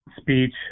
speech